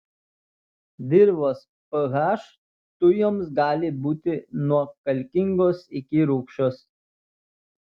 dirvos ph tujoms gali būti nuo kalkingos iki rūgščios